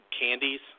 candies